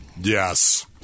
yes